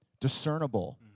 discernible